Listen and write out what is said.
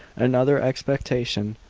another expectation,